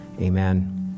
Amen